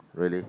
really